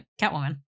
Catwoman